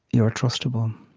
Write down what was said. you are trustable.